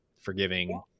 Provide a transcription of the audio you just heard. forgiving